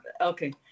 Okay